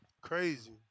Crazy